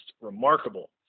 remarkable